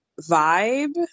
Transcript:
vibe